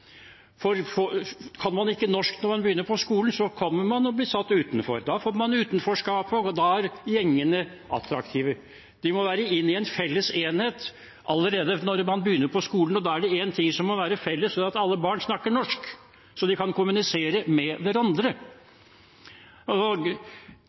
Kan man ikke norsk når man begynner på skolen, kommer man til å bli satt utenfor. Da får man utenforskapet, og da er gjengene attraktive. Man må være i en felles enhet allerede når man begynner på skolen, og da er det én ting som må være felles, og det er at alle barn snakker norsk, slik at de kan kommunisere med hverandre.